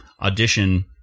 audition